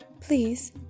Please